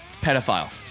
pedophile